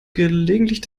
gelegentlich